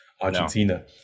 Argentina